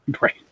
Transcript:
Right